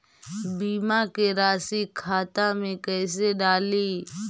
बीमा के रासी खाता में कैसे डाली?